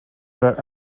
were